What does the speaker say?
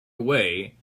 away